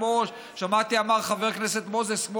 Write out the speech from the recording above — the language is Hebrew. שמעתי שחבר הכנסת מוזס אמר,